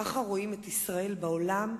ככה רואים את ישראל בעולם.